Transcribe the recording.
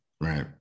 right